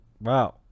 Wow